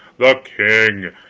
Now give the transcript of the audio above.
the king!